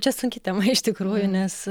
čia sunki tema iš tikrųjų nes